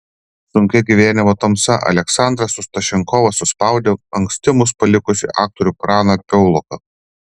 sunkia gyvenimo tamsa aleksandras ostašenkovas suspaudė anksti mus palikusį aktorių praną piauloką